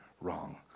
wrong